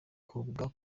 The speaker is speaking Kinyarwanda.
kubwa